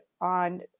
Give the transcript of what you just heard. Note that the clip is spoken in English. on